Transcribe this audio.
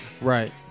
Right